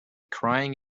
crying